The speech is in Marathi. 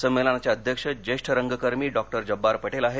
संमेलनाचे अध्यक्ष ज्येष्ठ रंगकर्मी डॉ जब्बार पटेल आहेत